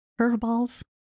curveballs